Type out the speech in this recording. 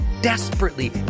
desperately